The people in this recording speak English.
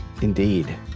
Indeed